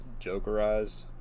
Jokerized